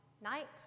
night